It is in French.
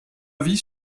avis